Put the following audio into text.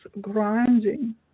grinding